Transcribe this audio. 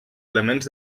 elements